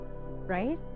right